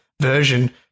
version